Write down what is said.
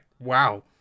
wow